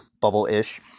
bubble-ish